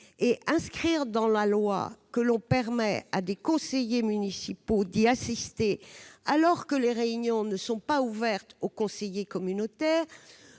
et inscrire dans la loi que l'on permet à des conseillers municipaux d'y assister, alors que ces réunions ne sont pas ouvertes aux conseillers communautaires,